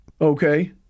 Okay